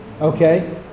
Okay